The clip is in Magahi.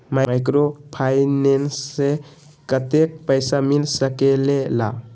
माइक्रोफाइनेंस से कतेक पैसा मिल सकले ला?